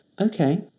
Okay